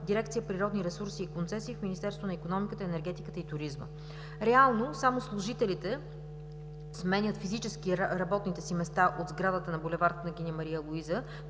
дирекция „Природни ресурси и концесии“ в Министерството на икономиката, енергетиката и туризма. Реално само служителите сменят физически работните си места от сградата на бул. „Княгиня Мария Луиза“